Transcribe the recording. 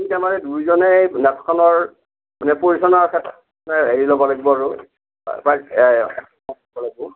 ঠিক আমাৰ দুইজনে নাটখনৰ মানে পৰিচালনাৰ ক্ষেত্ৰত মানে হেৰি ল'ব লাগিব আৰু